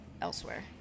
elsewhere